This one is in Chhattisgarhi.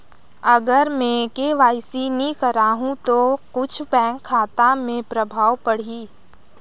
अगर मे के.वाई.सी नी कराहू तो कुछ बैंक खाता मे प्रभाव पढ़ी?